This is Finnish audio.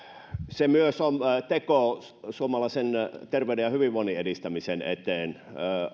se on teko myös suomalaisen terveyden ja hyvinvoinnin edistämisen eteen